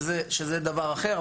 שזה דבר אחר,